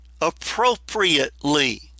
appropriately